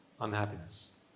unhappiness